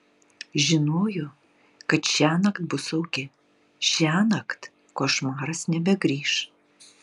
žinojo kad šiąnakt bus saugi šiąnakt košmaras nebegrįš